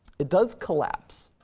it does collapse,